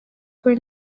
kwe